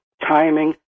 timing